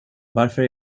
varför